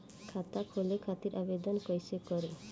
खाता खोले खातिर आवेदन कइसे करी?